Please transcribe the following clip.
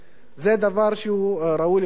זה דבר שראוי לביקורת.